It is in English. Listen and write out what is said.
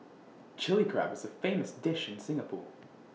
Chilli Crab is A famous dish in Singapore